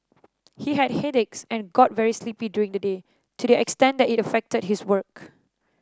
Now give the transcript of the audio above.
he had headaches and got very sleepy during the day to the extent that it affected his work